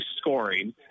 scoring